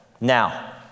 Now